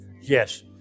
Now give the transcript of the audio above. Yes